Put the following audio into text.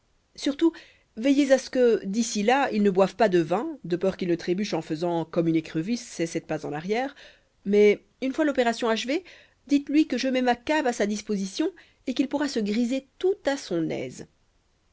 surtout veillez à ce que d'ici là il ne boive pas de vin de peur qu'il ne trébuche en faisant comme une écrevisse ses sept pas en arrière mais une fois l'opération achevée dites-lui que je mets ma cave à sa disposition et qu'il pourra se griser tout à son aise